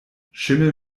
schimmel